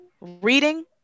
reading